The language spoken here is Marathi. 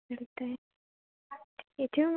ओके ठेऊ